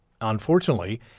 Unfortunately